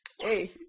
Hey